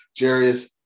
Jarius